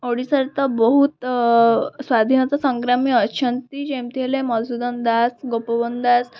ଓଡ଼ିଶାରେ ତ ବହୁତ ଅ ସ୍ଵାଧୀନତା ସଂଗ୍ରାମୀ ଅଛନ୍ତି ଯେମିତି ହେଲେ ମଧୁସୂଦନ ଦାସ ଗୋପବନ୍ଧୁ ଦାସ